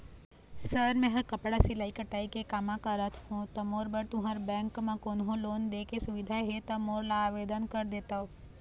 Sir मेहर कपड़ा सिलाई कटाई के कमा करत हों ता मोर बर तुंहर बैंक म कोन्हों लोन दे के सुविधा हे ता मोर ला आवेदन कर देतव?